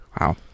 wow